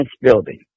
building